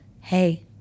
hey